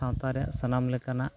ᱥᱟᱶᱛᱟ ᱨᱮᱭᱟᱜ ᱥᱟᱱᱟᱢ ᱞᱮᱠᱟᱱᱟᱜ